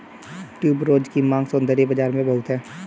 tuberose की मांग सौंदर्य बाज़ार में बहुत है